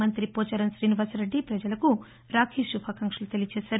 మంఁతి పోచారం శ్రీనివాసరెడ్డి పజలకు రాఖీ శుభాకాంక్షలు తెలిపారు